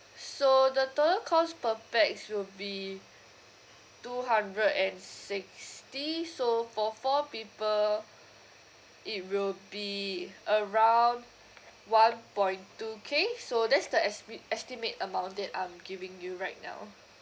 so the total cost per pax will be two hundred and sixty so for four people it will be around one point two K so that's the esmi~ estimate amount that I'm giving you right now